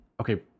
okay